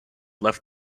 left